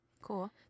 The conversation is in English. Cool